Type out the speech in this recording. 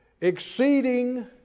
Exceeding